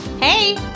Hey